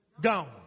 gone